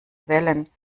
wellen